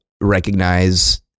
recognize